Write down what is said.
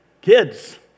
kids